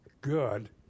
good